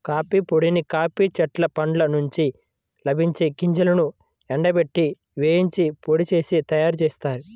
coffee పొడిని coffee చెట్ల పండ్ల నుండి లభించే గింజలను ఎండబెట్టి, వేయించి పొడి చేసి తయ్యారుజేత్తారు